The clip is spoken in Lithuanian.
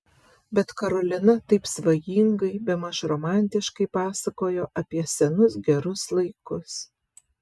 bet karolina taip svajingai bemaž romantiškai pasakojo apie senus gerus laikus